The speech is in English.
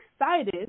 excited